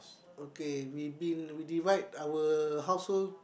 okay we been we divide our housework